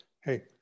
hey